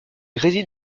réside